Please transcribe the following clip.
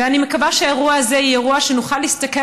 ואני מקווה שהאירוע הזה יהיה אירוע שנוכל להסתכל